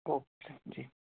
okay ठीक